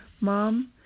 Mom